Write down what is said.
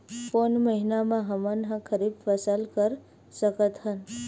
कोन महिना म हमन ह खरीफ फसल कर सकत हन?